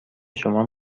شما